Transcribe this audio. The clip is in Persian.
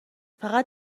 فقط